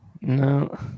No